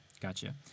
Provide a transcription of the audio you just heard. Gotcha